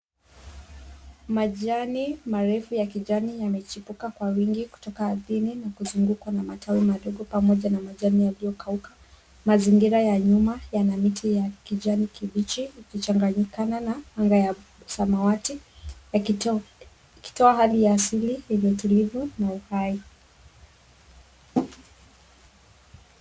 Majani marefu ya kijani yamechipuka kwa wingi kutoka ardhini na kuzungukwa na matawi madogo pamoja na majani yaliyokauka. Mazingira ya nyuma yana miti ya kijani kibichi ikichanganyikana na anga ya samawati, yakitoa hali ya asili iliyo tulivu na uhai.